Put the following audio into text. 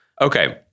Okay